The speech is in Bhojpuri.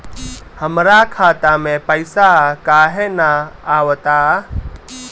हमरा खाता में पइसा काहे ना आव ता?